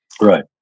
Right